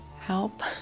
help